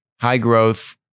high-growth